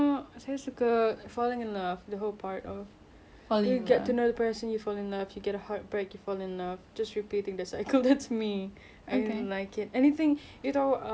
like you get to know the person you fall in love you get a heartbreak fall in love just repeating the cycle that's me I really like it anything you tahu um nicholas sparks movies macam macam gitu favourite saya